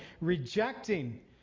rejecting